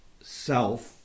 self